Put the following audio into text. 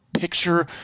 picture